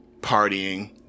partying